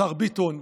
השר ביטון,